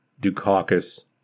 Dukakis